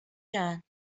جان